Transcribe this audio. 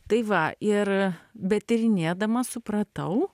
tai va ir bet tyrinėdama supratau